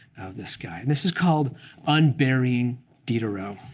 of this guy. and this is called unburying diderot.